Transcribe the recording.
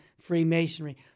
Freemasonry